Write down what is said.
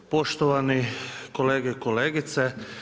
Poštovani kolege i kolegice.